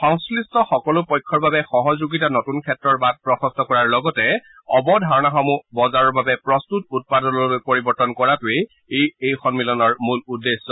সংশ্লিষ্ট সকলো পক্ষৰ বাবে সহযোগিতা নতূন ক্ষেত্ৰৰ বাট প্ৰসস্থ কৰাৰ লগতে অৱধাৰণাসমূহ বজাৰৰ বাবে প্ৰস্তুত উৎপাদলৈ পৰিৱৰ্তন কৰাটোৱেই এই সন্মিলনৰ মূল উদ্দেশ্য